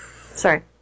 Sorry